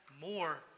more